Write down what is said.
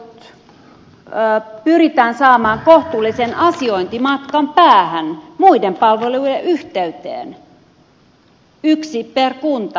todellakin postipalvelut pyritään saamaan kohtuullisen asiointimatkan päähän muiden palvelujen yhteyteen yksi per kunta